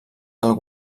del